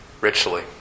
richly